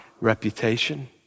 reputation